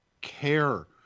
care